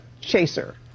chaser